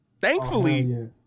thankfully